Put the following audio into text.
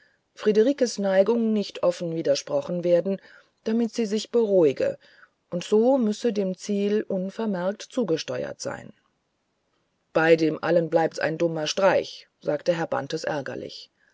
friederikes neigung nicht offen widersprochen werden damit sie sich beruhige und so müsse dem ziel unvermerkt zugesteuert sein bei dem allen bleibt's ein dummer streich sagte herr bantes